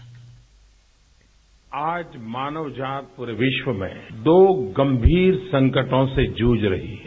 bite आज मानव जात पूरे विश्व में दो गंभीर संकटों से जूझ रही है